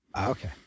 Okay